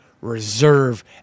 reserve